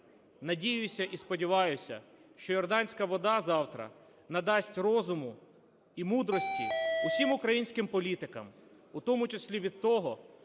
надіюся і сподіваюся, що йорданська вода завтра надасть розуму і мудрості усім українським політикам, у тому числі від того,